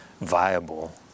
viable